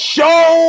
Show